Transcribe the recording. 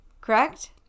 correct